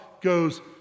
goes